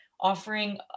offering